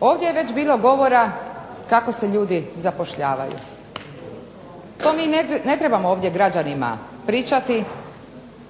Ovdje je već bilo govora kako se ljudi zapošljavaju. To mi ne trebamo ovdje građanima pričati,